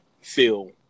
feel